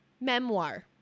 memoir